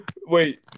Wait